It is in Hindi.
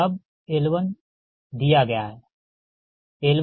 अब L1 दिया गया है ठीक